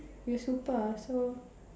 you're super so